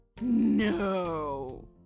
No